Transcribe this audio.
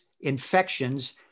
infections